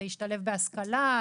להשתלב בהשכלה,